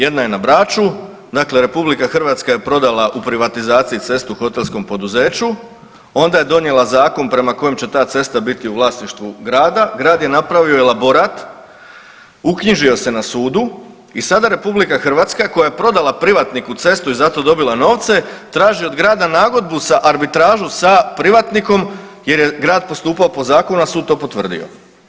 Jedna je na Braču, dakle RH je prodala u privatizaciji cestu hotelskom poduzeću, onda je donijela zakon prema kojem će ta cesta biti u vlasništvu grada, grad je napravio elaborat, uknjižio se na sudu i sada RH koja je prodala privatniku cestu i za to dobila novce traži od grada nagodbu za arbitražu sa privatnikom jer je grad postupao po zakonu, a sud to potvrdio.